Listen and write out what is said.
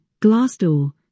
Glassdoor